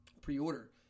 pre-order